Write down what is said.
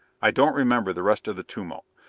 i don't remember the rest of the tumult.